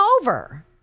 over